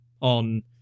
on